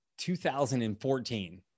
2014